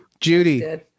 Judy